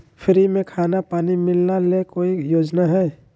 Free में खाना पानी मिलना ले कोइ योजना हय?